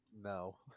No